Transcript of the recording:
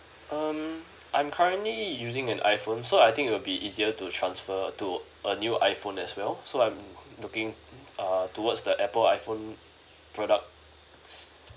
um I'm currently using an iphone so I think it will be easier to transfer to a new iphone as well so I'm looking err towards the apple iphone product